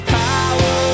power